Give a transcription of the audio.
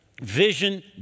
Vision